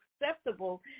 acceptable